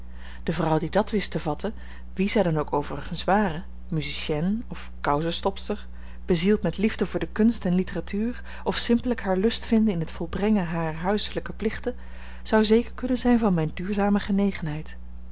de vrouw die dat wist te vatten wie zij dan ook overigens ware musicienne of kousenstopster bezield met liefde voor de kunst en litteratuur of simpellijk haar lust vindend in t volbrengen harer huiselijke plichten zou zeker kunnen zijn van mijne duurzame genegenheid